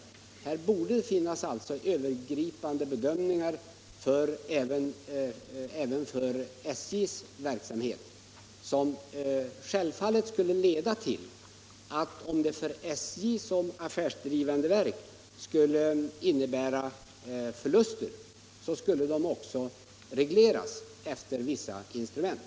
Det borde alltså finnas övergripande bedömningar även för SJ:s verksamhet, som självfallet skulle leda till att om en åtgärd innebär förluster för SJ som affärsdrivande verk skulle de också regleras genom vissa instrument.